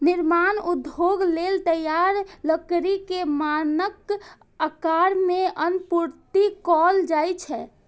निर्माण उद्योग लेल तैयार लकड़ी कें मानक आकार मे आपूर्ति कैल जाइ छै